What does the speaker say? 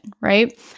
right